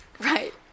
Right